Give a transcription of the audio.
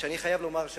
אני חייב לומר,